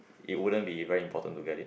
it wouldn't be very important to get it